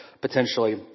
potentially